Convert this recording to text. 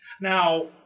Now